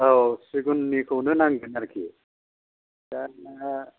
औ सिगुननिखौनो नांगोन आरोखि दा